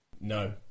No